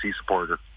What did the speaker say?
supporter